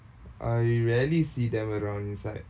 I rarely see them around inside